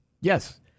Yes